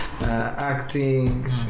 acting